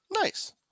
Nice